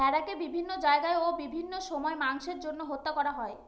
ভেড়াকে বিভিন্ন জায়গায় ও বিভিন্ন সময় মাংসের জন্য হত্যা করা হয়